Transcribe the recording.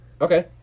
Okay